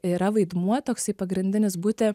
yra vaidmuo toksai pagrindinis būti